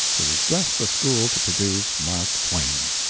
it was just the school to produce mark twain.